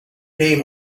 name